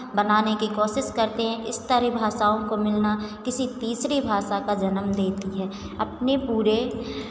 बनाने की कोशिश करते हैं इस तरह भाषाओं को मिलना किसी तीसरी भाषा का जन्म देती है अपने पूरे